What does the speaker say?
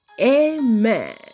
Amen